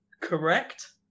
Correct